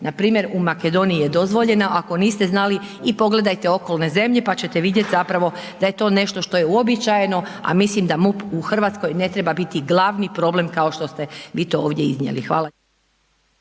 Npr. u Makedoniji je dozvoljeno, ako niste znali i pogledajte okolne zemlje, pa čete vidjet zapravo da je to nešto što je uobičajeno, a mislim da MUP u Hrvatskoj ne treba biti glavni problem kao što ste vi to ovdje iznijeli. Hvala.